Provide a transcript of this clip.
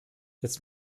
jetzt